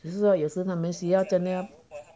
只是说有时他们需要真的